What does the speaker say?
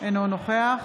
אינו נוכח